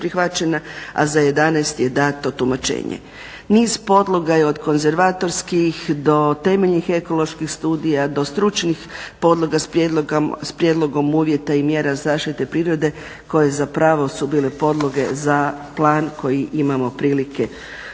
a za 11 je dato tumačenje. Niz podloga je od konzervatorskih do temeljnih ekoloških studija do stručnih podloga s prijedlogom uvjeta i mjera zaštite prirode koje zapravo su bile podloge za plan koji imamo prilike vidjeti